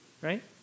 right